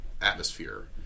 atmosphere